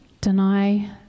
deny